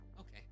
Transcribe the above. Okay